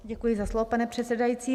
Děkuji za slovo, pane předsedající.